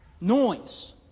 noise